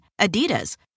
Adidas